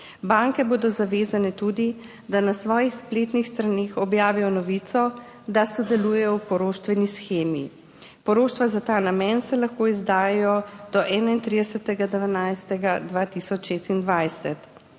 Banke bodo zavezane tudi, da na svojih spletnih straneh objavijo novico, da sodelujejo v poroštveni shemi. Poroštva za ta namen se lahko izdajajo do 31. 12. 2026.